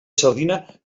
sardina